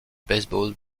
baseball